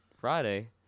Friday